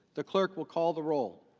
the clerk will call the role.